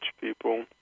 people